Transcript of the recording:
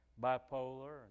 bipolar